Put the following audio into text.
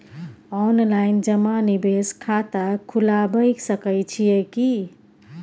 Online जमा निवेश खाता खुलाबय सकै छियै की?